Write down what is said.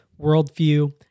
worldview